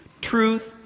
Truth